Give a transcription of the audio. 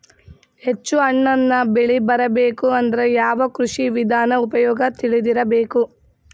ಹೆಚ್ಚು ಹಣ್ಣನ್ನ ಬೆಳಿ ಬರಬೇಕು ಅಂದ್ರ ಯಾವ ಕೃಷಿ ವಿಧಾನ ಉಪಯೋಗ ತಿಳಿದಿರಬೇಕು?